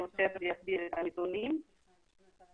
אתם רואים